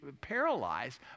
paralyzed